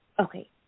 Okay